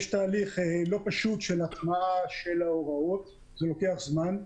יש תהליך לא פשוט של הטמעת ההוראות וזה לוקח זמן.